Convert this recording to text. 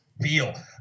feel